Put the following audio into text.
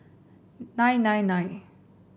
nine nine nine